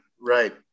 right